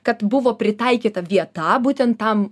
kad buvo pritaikyta vieta būtent tam